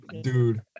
dude